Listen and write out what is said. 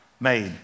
made